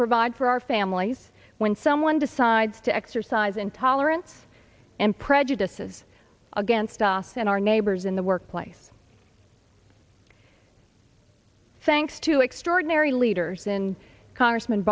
provide for our families when someone decides to exercise intolerance and prejudices against us and our neighbors in the workplace thanks to extraordinary leaders in congressm